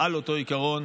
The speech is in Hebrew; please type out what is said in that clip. על אותו עיקרון